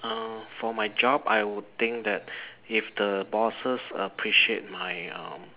uh for my job I would think that if the bosses appreciate my um